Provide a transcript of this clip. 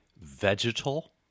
vegetal